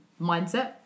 mindset